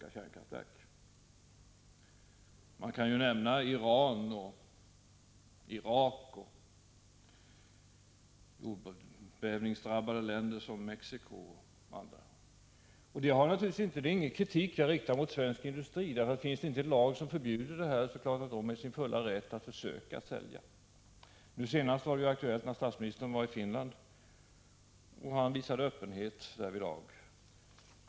Jag tänker på Iran och Irak liksom på jordbävningsdrabbade länder som Mexico och andra. Jag riktar inte kritik mot svensk industri. Om det inte finns någon lag som förbjuder det är industrin naturligtvis i sin fulla rätt att försöka sälja. Senast var detta aktuellt när statsministern var i Finland, och han visade öppenhet därvidlag.